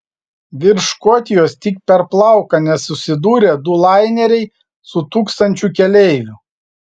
virš škotijos tik per plauką nesusidūrė du laineriai su tūkstančiu keleivių